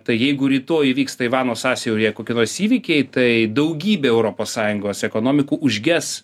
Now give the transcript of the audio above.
tai jeigu rytoj įvyks taivano sąsiauryje kokie nors įvykiai tai daugybė europos sąjungos ekonomikų užges